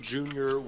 Junior